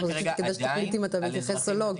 אז כדאי שתחליט אם אתה מתייחס או לא,